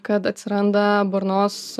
kad atsiranda burnos